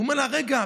הוא אומר לה: רגע,